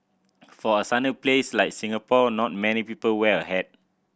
for a sunny place like Singapore not many people wear a hat